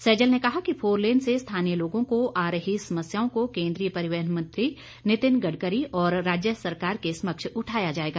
सैजल ने कहा कि फोरलेन से स्थानीय लोगों को आ रही समस्याओं को केंद्रीय परिवहन मंत्री नितिन गडकरी और राज्य सरकार के समक्ष उठाया जाएगा